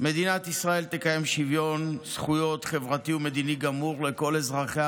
"מדינת ישראל תקיים שוויון זכויות חברתי ומדיני גמור לכל אזרחיה,